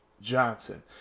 Johnson